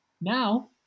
Now